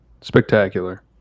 Spectacular